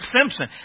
Simpson